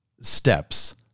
steps